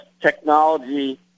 technology